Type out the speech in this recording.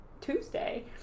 Tuesday